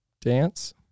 dance